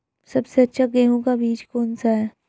सबसे अच्छा गेहूँ का बीज कौन सा है?